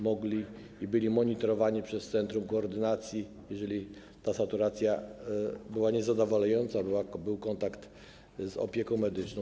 Mogli oni być, i byli, monitorowani przez centrum koordynacji, jeżeli ta saturacja była niezadowalająca, był kontakt z opieką medyczną.